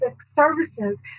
services